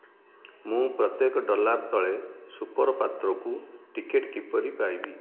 ମୁଁ ପ୍ରତ୍ୟେକ ଡଲାର୍ ତଳେ ସୁପର୍ ପାତ୍ରକୁ ଟିକେଟ୍ କିପରି ପାଇବି